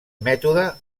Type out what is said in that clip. mètode